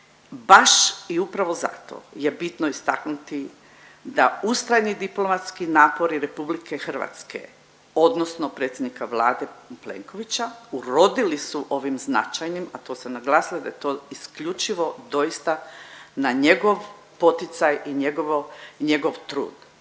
Baš i upravo zato je bitno istaknuti da ustrajni diplomatski napori RH odnosno predsjednika Vlade Plenkovića, urodili su ovim značajnim, a to sam naglasila da je to isključivo doista na njegov poticaj i njegovo,